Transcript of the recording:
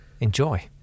Enjoy